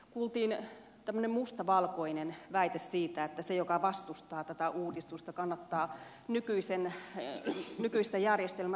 kuultiin tämmöinen mustavalkoinen väite siitä että se joka vastustaa tätä uudistusta kannattaa nykyistä järjestelmää